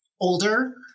Older